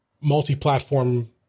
multi-platform